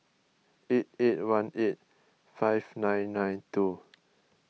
eight eight one eight five nine nine two